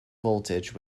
voltage